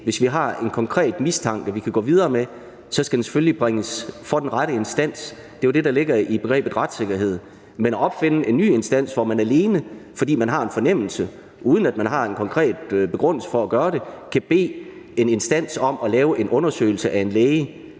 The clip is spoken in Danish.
hvis vi har en konkret mistanke, vi kan gå videre med, så skal den selvfølgelig bringes for den rette instans. Det er jo det, der ligger i begrebet retssikkerhed. Men at opfinde en ny instans, hvor man, alene fordi man har en fornemmelse, uden at man har en konkret begrundelse for at gøre det, kan bede en instans om at lave en undersøgelse af en læge,